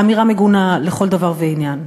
אמירה מגונה לכל דבר ועניין.